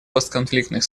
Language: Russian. постконфликтных